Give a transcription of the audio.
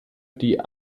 die